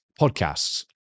podcasts